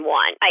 one